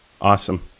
Awesome